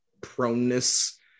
proneness